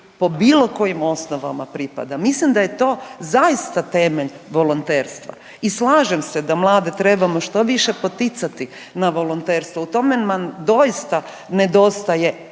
po bilo kojim osnovama pripada. Mislim da je to zaista temelj volonterstva. I slažem se da mlade trebamo što više poticati na volonterstvo, u tome vam doista nedostaje